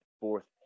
fourth